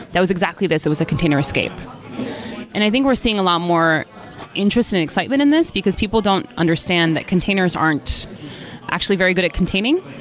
that was exactly this. it was a container escape and i think we're seeing a lot more interest and excitement in this, because people don't understand that containers aren't actually very good at containing.